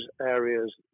areas